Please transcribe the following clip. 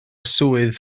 swydd